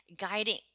guiding